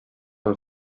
are